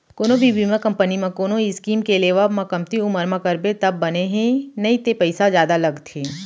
कोनो भी बीमा कंपनी म कोनो स्कीम के लेवब म कमती उमर म करबे तब बने हे नइते पइसा जादा लगथे